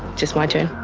just my turn.